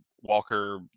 Walker